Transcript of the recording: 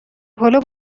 پلو